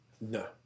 No